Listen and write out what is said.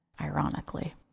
ironically